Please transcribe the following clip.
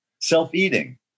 self-eating